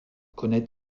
connaît